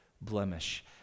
blemish